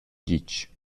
ditg